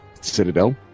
Citadel